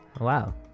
Wow